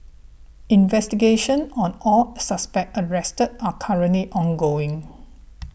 investigations on all suspects arrested are currently ongoing